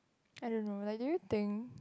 I don't know like do you think